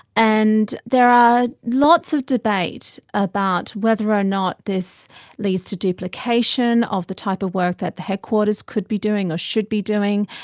and there is ah lots of debate about whether or not this leads to duplication of the type of work that the headquarters could be doing or should be doing.